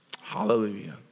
Hallelujah